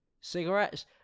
Cigarettes